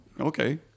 okay